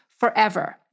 forever